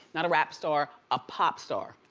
not a rap star, a pop star.